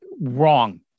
Wrong